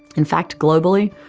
in fact, globally,